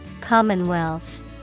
Commonwealth